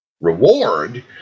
Reward